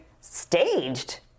staged